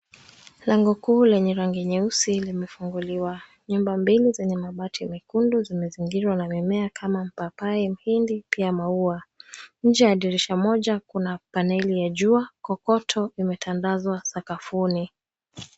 Lango kuu lenye rangi nyeusi limefunguliwa. Nyumba mbili zenye mabati mekundu zimezingirwa na mimea kama mpapai, mhindi pia maua. Nje ya dirisha moja, kuna paneli ya jua, kokoto imetandazwa sakafuni.